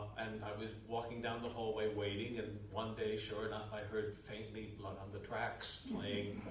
and i was walking down the hallway waiting and one day, sure enough, i heard faintly blood on the tracks playing,